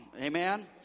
Amen